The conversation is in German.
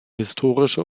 historische